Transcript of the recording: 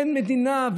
אין מדינה,